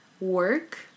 work